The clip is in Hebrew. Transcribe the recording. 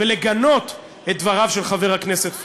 ולגנות את דבריו של חבר הכנסת פריג'.